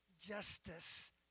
justice